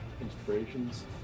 inspirations